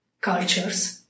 cultures